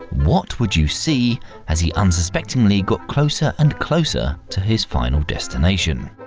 what would you see as he unsuspectingly got closer and closer to his final destination?